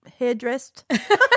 hairdressed